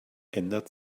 ändert